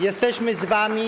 Jesteśmy z wami.